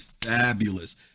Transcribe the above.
fabulous